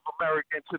American